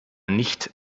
nicht